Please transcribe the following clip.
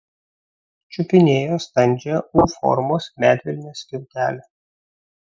čiupinėjo standžią u formos medvilnės skiautelę